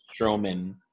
Strowman